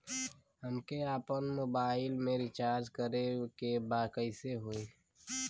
हमके आपन मोबाइल मे रिचार्ज करे के बा कैसे होई?